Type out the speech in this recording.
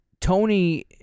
Tony